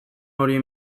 hori